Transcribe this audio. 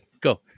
go